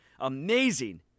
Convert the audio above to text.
amazing